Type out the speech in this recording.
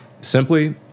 simply